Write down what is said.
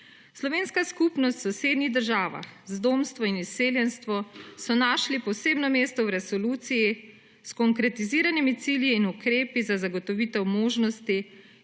Slovenska skupnost v sosednjih državah, zdomstvo in izseljenstvo so našli posebna mesta v resoluciji s konkretiziranimi cilji in ukrepi za zagotovitev možnosti